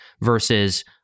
versus